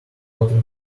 quarter